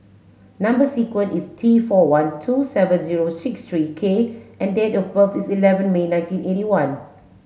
number sequence is T four one two seven zero six three K and date of birth is eleven May nineteen eighty one